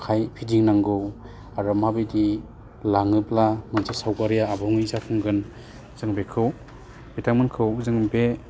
आखाय फिदिंनांगौ आरो माबायदि लाङोब्ला मोनसे सावगारिया आबुङै जाफुंगोन जों बेखौ बिथांमोनखौ जोंनि बे